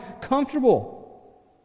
comfortable